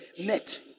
net